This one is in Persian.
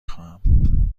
خواهم